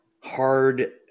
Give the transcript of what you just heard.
hard